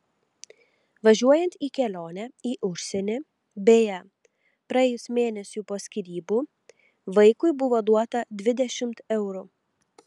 važiuojant į kelionę į užsienį beje praėjus mėnesiui po skyrybų vaikui buvo duota dvidešimt eurų